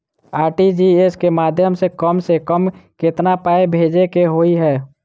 RTGS केँ माध्यम सँ कम सऽ कम केतना पाय भेजे केँ होइ हय?